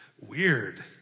weird